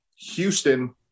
Houston